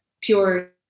pure